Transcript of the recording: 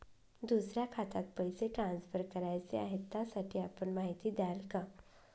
दुसऱ्या खात्यात पैसे ट्रान्सफर करायचे आहेत, त्यासाठी आपण माहिती द्याल का?